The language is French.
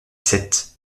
sept